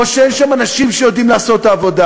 שאין שם אנשים שיודעים לעשות את העבודה.